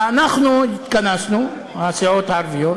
אנחנו התכנסנו, הסיעות הערביות,